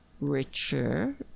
richer